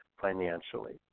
financially